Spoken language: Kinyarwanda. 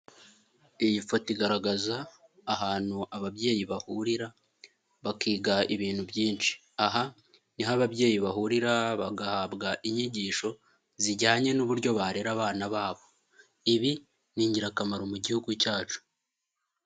Iyi foto igaragaza ahantu ababyeyi bahurira bakiga ibintu byinshi, aha niho ababyeyi bahurira bagahabwa inyigisho zijyanye n'uburyo barera abana babo, ibi ni ingirakamaro mu gihugu cyacu.